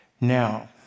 Now